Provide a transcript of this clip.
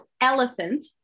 Elephant